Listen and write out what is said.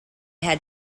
had